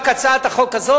רק הצעת החוק הזאת,